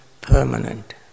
permanent